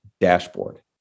dashboard